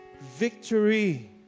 victory